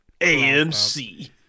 AMC